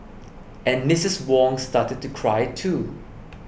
and Misses Wong started to cry too